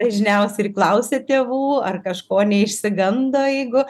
dažniausiai ir klausia tėvų ar kažko neišsigando jeigu